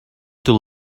too